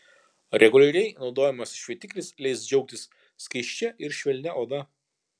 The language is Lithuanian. reguliariai naudojamas šveitiklis leis džiaugtis skaisčia ir švelnia oda